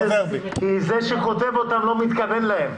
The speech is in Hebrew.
זה שכותב אותם לא מתכוון להם.